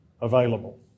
available